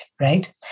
Right